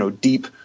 deep –